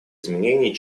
изменений